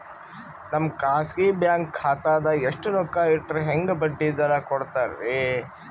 ನಮ್ಮ ಖಾಸಗಿ ಬ್ಯಾಂಕ್ ಖಾತಾದಾಗ ಎಷ್ಟ ರೊಕ್ಕ ಇಟ್ಟರ ಹೆಂಗ ಬಡ್ಡಿ ದರ ಕೂಡತಾರಿ?